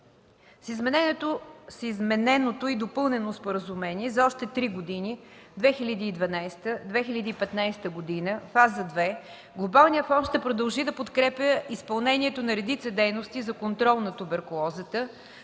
С измененото и допълнено Споразумение за още три години 2012-2015 г. (фаза 2), Глобалният фонд ще продължи да подкрепя изпълнението на редица дейности за контрол на туберкулозата,